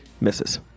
Misses